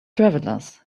travelers